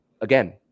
again